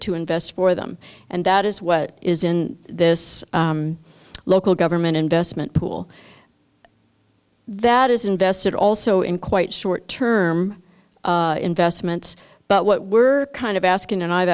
to invest for them and that is what is in this local government investment pool that is invested also in quite short term investments but what we're kind of asking and i've